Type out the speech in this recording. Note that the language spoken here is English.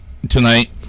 tonight